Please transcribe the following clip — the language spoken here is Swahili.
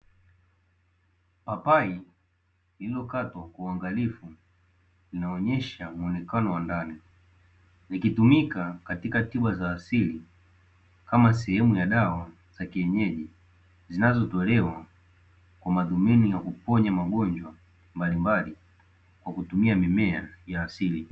Papai lililokatwa kwa uangalifu linaonyesha muonekano wa ndani, likitumika katika tiba za asili kama sehemu ya dawa za kienyeji zinazotolewa kwa madhumuni ya kuponya magonjwa mbalimbali kwa kutumia mimea ya asili.